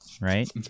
right